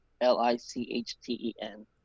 L-I-C-H-T-E-N